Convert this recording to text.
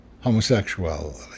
homosexuality